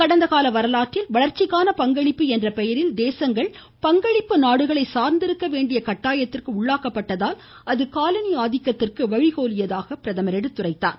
கடந்தகால வரலாற்றில் வளர்ச்சிக்கான பங்களிப்பு என்ற பெயரில் தேசங்கள் பங்களிப்பு நாடுகளை சார்ந்திருக்க வேண்டிய கட்டாயத்திற்கு உள்ளாக்கப்பட்டதால் அது காலனி சுட்டிக்காட்டினார்